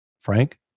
Frank